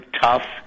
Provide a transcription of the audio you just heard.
tough